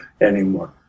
anymore